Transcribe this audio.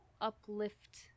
uplift